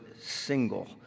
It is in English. single